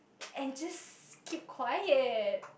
and just keep quiet